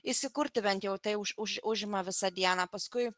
įsikurti bent jau tai užima visą dieną paskui